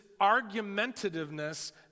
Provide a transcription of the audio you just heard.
argumentativeness